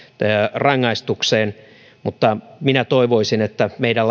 rangaistukseen minä toivoisin että meidän